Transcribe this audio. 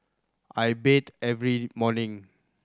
I bathe every morning